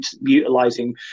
utilizing